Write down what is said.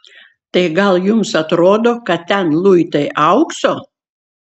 tai gal jums atrodo kad ten luitai aukso